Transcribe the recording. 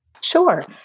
Sure